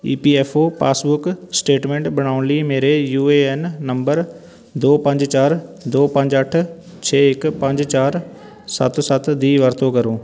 ਈ P F O passbook statement ਬਣਾਉਣ ਲਈ ਮੇਰੇ ਯੂ ਏ ਐੱਨ ਨੰਬਰ ਦੋ ਪੰਜ ਚਾਰ ਦੋ ਪੰਜ ਅੱਠ ਛੇ ਇੱਕ ਪੰਜ ਚਾਰ ਸੱਤ ਸੱਤ ਦੀ ਵਰਤੋਂ ਕਰੋ